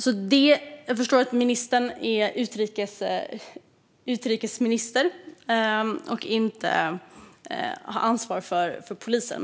Jag förstår att ministern är utrikesminister och inte har ansvar för polisen.